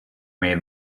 made